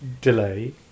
delay